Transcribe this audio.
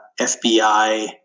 FBI